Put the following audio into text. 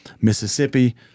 Mississippi